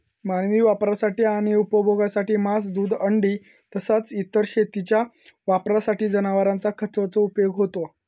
मानवी वापरासाठी आणि उपभोगासाठी मांस, दूध, अंडी तसाच इतर शेतीच्या वापरासाठी जनावरांचा खताचो उपयोग होता